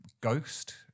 Ghost